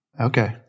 Okay